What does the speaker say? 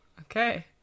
Okay